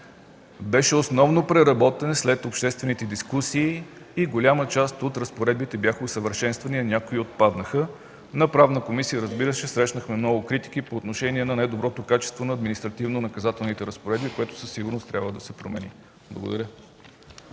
беше основно преработен след обществените дискусии – голяма част от разпоредбите бяха усъвършенствани, а някои отпаднаха. В Правната комисия, разбира се, срещнахме много критики по отношение недоброто качество на административнонаказателните разпоредби, което със сигурност трябва да се промени. Благодаря.